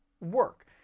work